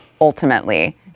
ultimately